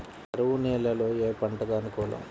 కరువు నేలలో ఏ పంటకు అనుకూలం?